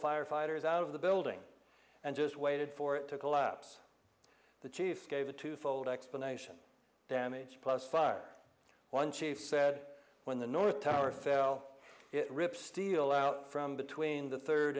firefighters out of the building and just waited for it to collapse the chief gave a twofold explanation damage plus fire one chief said when the north tower fell it rip steel out from between the third